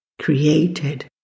created